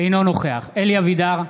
אינו נוכח אלי אבידר,